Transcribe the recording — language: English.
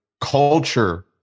culture